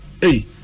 Hey